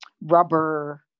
rubber